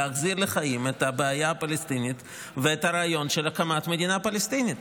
להחזיר לחיים את הבעיה הפלסטינית ואת הרעיון של הקמת מדינה פלסטינית.